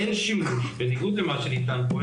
אין שימוש בניגוד למה שנטען פה,